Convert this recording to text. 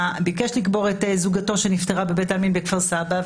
וביקש לקבור את זוגתו שנפטרה בבית העלמין בכפר סבא,